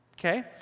Okay